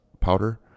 powder